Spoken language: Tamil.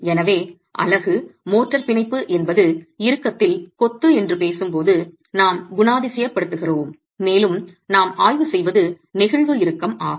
எனவே அலகு மோர்ட்டார் பிணைப்பு என்பது இறுக்கத்தில் கொத்து என்று பேசும்போது நாம் குணாதிசயப்படுத்துகிறோம் மேலும் நாம் ஆய்வு செய்வது நெகிழ்வு இறுக்கம் ஆகும்